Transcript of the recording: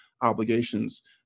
obligations